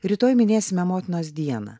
rytoj minėsime motinos dieną